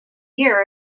year